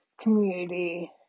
community